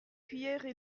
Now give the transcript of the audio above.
cuillerée